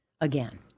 again